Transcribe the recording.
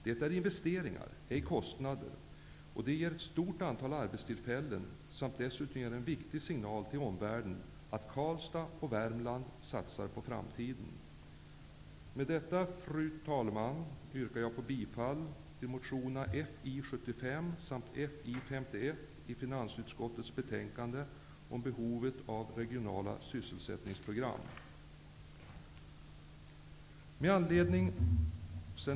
Det är investeringar, ej kostnader, och det ger ett stort antal arbetstillfällen samt dessutom en viktig signal till omvärlden om att Karlstad och Värmland satsar på framtiden. Med detta, fru talman, yrkar jag bifall till motionerna Fi75 samt Fi51 om behovet av regionala sysselsättningsprogram, som tas upp i finansutskottets betänkande.